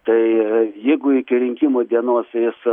tai jeigu iki rinkimų dienos jis